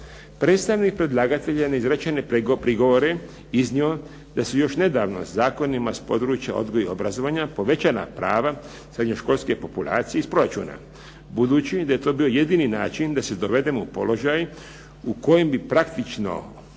Predstavnik predlagatelja neizrečene prigovore iznio da su još nedavno zakonima s područja odgoja i obrazovanja povećana prava srednjoškolske populacije iz proračuna. Budući da je to bio jedini način da se dovedemo u položaj u kojem bi praktično čitava